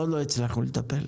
עוד לא הצלחנו לטפל.